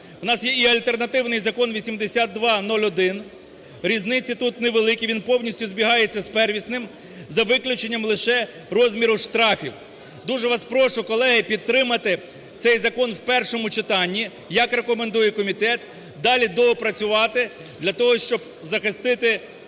У нас є і альтернативний закон 8201. Різниці тут невеликі, він повністю збігається з первісним за виключенням лише розміру штрафів. Дуже вас прошу, колеги, підтримати цей закон в першому читанні, як рекомендує комітет, далі доопрацювати для того, щоб захистити